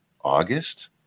August